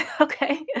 okay